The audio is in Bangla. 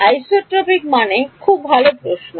আইসোট্রপিকমানে ভাল প্রশ্ন